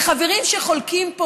וחברים שחולקים פה,